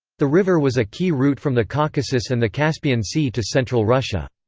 the river was a key route from the caucasus and the caspian sea to central russia.